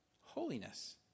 holiness